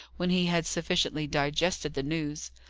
when he had sufficiently digested the news.